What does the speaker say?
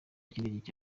cy’indege